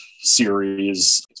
series